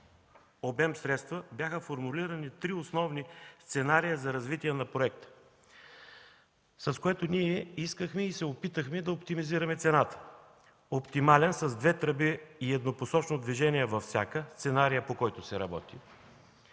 обем средства, бяха формулирани три основни сценария за развитие на проекта, с което ние искахме и се опитахме да оптимизираме цената – оптимален с две тръби и еднопосочно движение във всяка, сценарият, по който се работи;